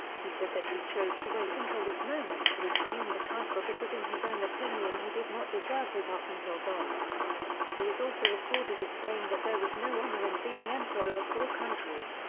he said that he chose to wait until this moment to assume the title because in his own opinion he did not deserve it up until then he is also recorded as saying that there was no honor in being emperor of a poor country.